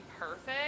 perfect